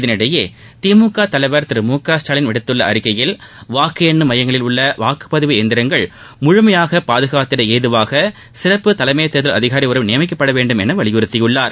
இதனிடையே திமுக தலைவர் திரு மு க ஸ்டாலின் விடுத்துள்ள அறிக்கையில் வாக்கு எண்ணும் மையங்களில் உள்ள வாக்குப்பதிவு இயந்திரங்களை முழுமையாக பாதுகாத்திட ஏதுவாக சிறப்பு தலைமை தேர்தல் அதிகாரி ஒருவர் நியமிக்கப்பட வேண்டும் என வலியுறுத்தியுள்ளார்